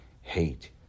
Hate